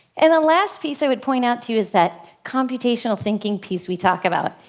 and the last piece i would point out to you is that computational thinking piece we talk about.